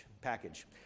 package